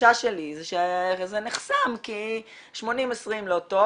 התחושה שלי שזה נחסם כי 80/20 לא טוב,